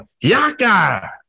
Yaka